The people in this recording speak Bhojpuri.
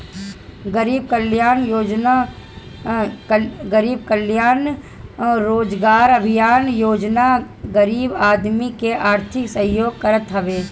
गरीब कल्याण रोजगार अभियान योजना गरीब आदमी के आर्थिक सहयोग करत हवे